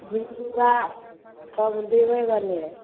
dismiss आर सब देबय वला हइ